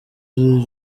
iri